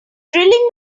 drilling